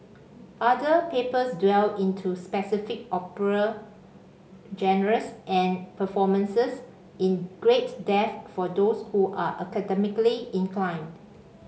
other papers dwell into specific opera genres and performances in great depth for those who are academically inclined